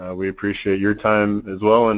we appreciate your time as well, and